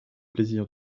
plaisir